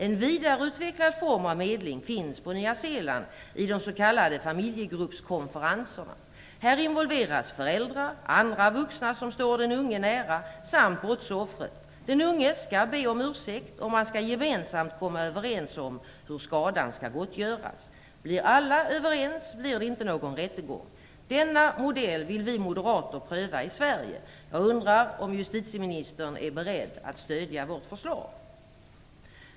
En vidareutvecklad form av medling finns på Nya Zeeland i de s.k. familjegruppskonferenserna. Här involveras föräldrar och andra vuxna som står den unge nära samt brottsoffret. Den unge skall be om ursäkt, och man skall gemensamt komma överens om hur skadan skall gottgöras. Blir alla överens blir det inte någon rättegång. Den modellen vill vi moderater pröva i Sverige. Jag undrar om justitieministern är beredd att stödja vårt förslag.